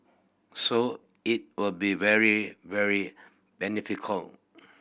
so it will be very very beneficial